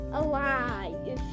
alive